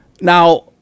now